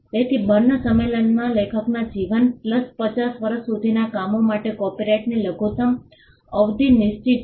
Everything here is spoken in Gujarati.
તેથી બર્ન સંમેલનમાં લેખકના જીવન 50 વર્ષ સુધીના કામો માટે કોપિરાઇટની લઘુતમ અવધિ નિશ્ચિત છે